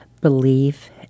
believe